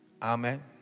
Amen